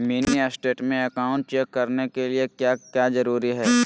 Mini state में account check करने के लिए क्या क्या जरूरी है?